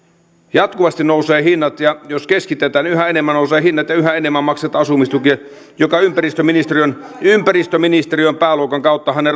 jatkuvasti nousevat hinnat ja jos keskitetään niin yhä enemmän nousevat hinnat ja yhä enemmän maksetaan asumistukea ympäristöministeriön ympäristöministeriön pääluokan kauttahan ne